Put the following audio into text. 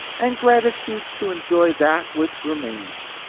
and gratitude to en joy that which remains.